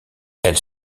elle